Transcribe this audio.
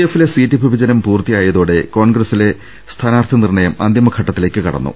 എഫിലെ സീറ്റ് വിഭജനം പൂർത്തിയായതോടെ കോൺഗ്ര സിലെ സ്ഥാനാർഥി നിർണയം അന്തിമ ഘട്ടത്തിലേക്ക് കടന്നു